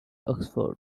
oxford